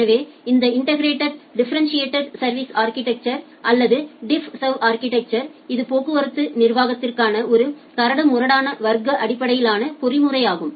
எனவே இந்த டிஃபரெண்டிட்டேட் சா்விஸ் அா்கிடெக்சர் அல்லது டிஃப் சர்வ் அா்கிடெக்சா் இது போக்குவரத்து நிர்வாகத்திற்கான ஒரு கரடுமுரடான வர்க்க அடிப்படையிலான பொறிமுறையாகும்